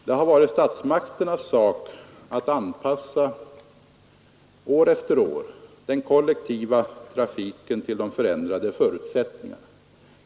Det har varit statsmakternas sak att år efter år anpassa den kollektiva trafiken till de ändrade förutsättningarna.